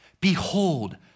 Behold